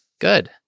Good